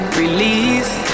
release